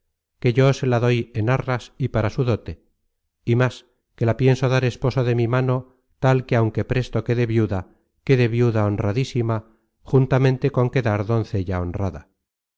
que yo se la doy en arras y para su dote y más que la pienso dar esposo de mi mano tal que aunque presto quede viuda quede viuda honradísima juntamente con quedar doncella honrada